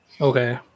Okay